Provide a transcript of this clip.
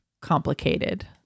complicated